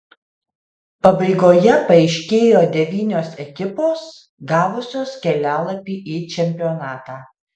pabaigoje paaiškėjo devynios ekipos gavusios kelialapį į čempionatą